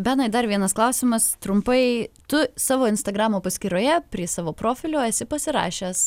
benai dar vienas klausimas trumpai tu savo instagramo paskyroje prie savo profilio esi pasirašęs